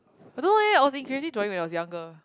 I don't know eh I was in creative drawing when I was younger